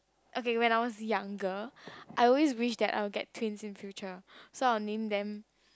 okay when I was younger I always wish that I will get twins in future so I'll name them